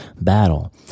battle